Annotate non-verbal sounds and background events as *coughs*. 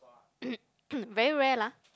*coughs* very rare lah